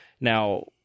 Now